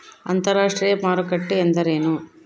ಅಂತರಾಷ್ಟ್ರೇಯ ಮಾರುಕಟ್ಟೆ ಎಂದರೇನು?